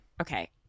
Okay